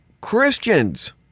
Christians